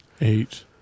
Eight